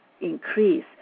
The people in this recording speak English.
increase